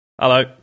Hello